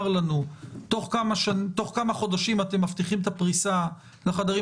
לנו תוך כמה חודשים שאתם מבטיחים את הפריסה על החדרים